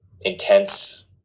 intense